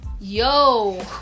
Yo